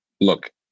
look